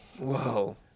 Whoa